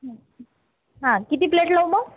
हं हा किती प्लेट लावू मग